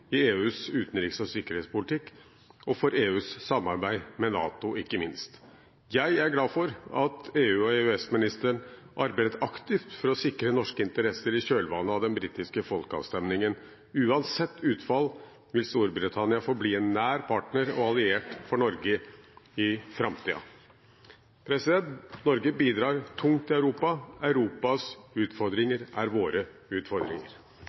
i EUs utenriks- og sikkerhetspolitikk og for EUs samarbeid med NATO, ikke minst. Jeg er glad for at EU/EØS-ministeren arbeider aktivt for å sikre norske interesser i kjølvannet av den britiske folkeavstemningen. Uansett utfall vil Storbritannia forbli en nær partner og alliert for Norge i framtiden. Norge bidrar tungt i Europa. Europas utfordringer er våre utfordringer.